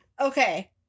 okay